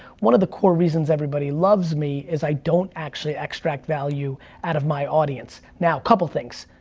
one of the core reasons everybody loves me is i don't actually extract value out of my audience. now, couple of things,